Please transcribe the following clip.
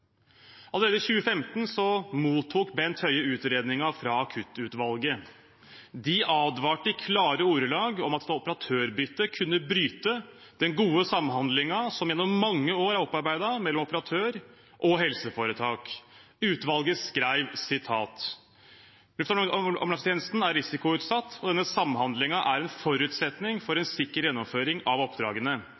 Allerede i 2015 mottok Bent Høie utredningen fra Akuttutvalget. De advarte i klare ordelag om at et operatørbytte kunne bryte den gode samhandlingen som gjennom mange år er opparbeidet mellom operatør og helseforetak. Utvalget skrev: «Luftambulansetjenesten er risikoutsatt, og denne samhandlingen er en forutsetning for en sikker gjennomføring av oppdragene.